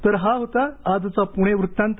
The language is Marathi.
तर हा होता आजचा प्णे वृत्तांत